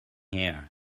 here